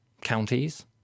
counties